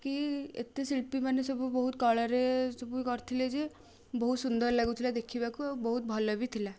କି ଏତେ ଶିଳ୍ପୀମାନେ ସବୁ ବହୁତ କଳାରେ ସବୁ କରିଥିଲେ ଯେ ବହୁତ ସୁନ୍ଦର ଲାଗୁଥିଲା ଦେଖିବାକୁ ଆଉ ବହୁତ ଭଲ ବି ଥିଲା